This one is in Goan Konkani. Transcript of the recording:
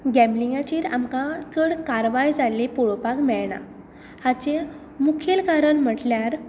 गॅमलिंगाचेर आमकां चड कारवाय जाल्ली पळोवपाक मेळना हाचें मुखेल कारण म्हणल्यार